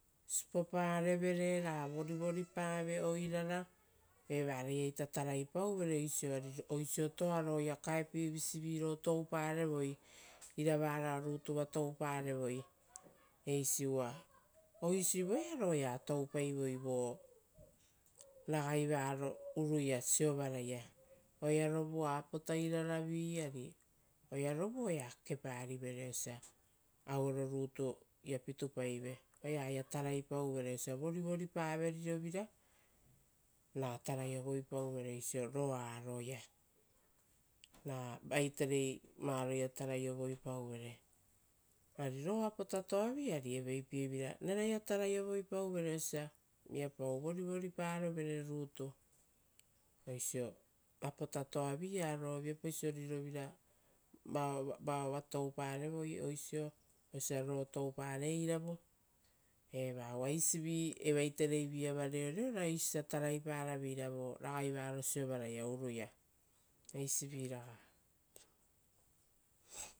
Sipoparevere ra vorivoripavere oirara, evarai ita taraipauvere oisiotoa roia, kaepie visive ro touparevoi iravarao rutuva touparevoi eisi uva oisi voearo oea toupai voi ragai varo uruia siovaraia. Oearovua apotairaravi ari oearovu oea kekeparivere osia auero rutuia pitupaive ora taraipauvere osia vorivoripavere rirovira ra taraiovoi pauvere osia vorivoripave riro vira. Oisio roa roia, ra vaiterei varoia tarai oviopauvere. Ro apotatoavi ari eraia tarai ovoipauvere, eveipievira reraia tarai ovoipauvere osia viapau vorivoriparo rirovira, osio apotatoavi a ro, viapauso rirovira vao va touparevoi osio osia ro touparevoi iravu, uva eisivi evai terei iava reoreorai oisio osia taraiparaveira oisio osia taraiparaveira. Eisi viraga.